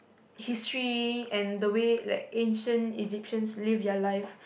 history and the way like ancient egyptians live their life